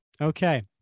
Okay